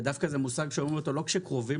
ודווקא זה מושג שאומרים אותו לא כשקרובים